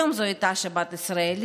היום זו הייתה שבת ישראלית,